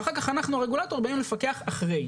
ואחר כך, אנחנו, הרגולטור, באים לפקח אחרי.